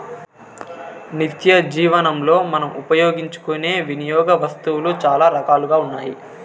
నిత్యజీవనంలో మనం ఉపయోగించుకునే వినియోగ వస్తువులు చాలా రకాలుగా ఉన్నాయి